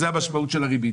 זה המשמעות של הריבית.